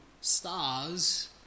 stars